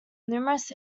numerous